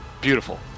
Beautiful